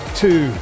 two